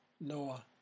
Noah